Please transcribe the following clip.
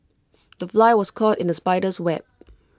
the fly was caught in the spider's web